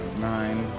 nine.